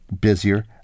busier